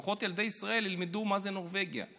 לפחות ילדי ישראל ילמדו מה זה נורבגיה.